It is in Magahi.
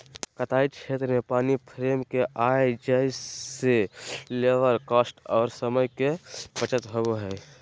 कताई क्षेत्र में पानी फ्रेम के आय जाय से लेबर कॉस्ट आर समय के बचत होबय हय